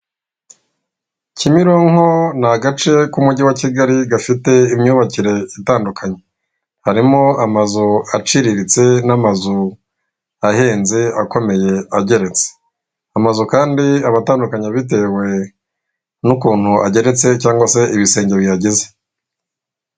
Kimironko ni agace k'umujyi wa Kigali gafite imyubakire itandukanye. Harimo amazu aciriritse n'amazu ahenze, akomeye ageretse. Amazu kandi aba atandukanye bitewe n'ukuntu ageretse cyangwa se ibisenge bihageze.